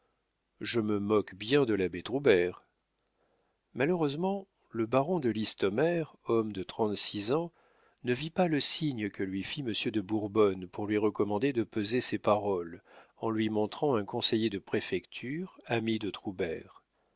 je me moque bien de l'abbé troubert malheureusement le baron de listomère homme de trente-six ans ne vit pas le signe que lui fit monsieur de bourbonne pour lui recommander de peser ses paroles en lui montrant un conseiller de préfecture ami de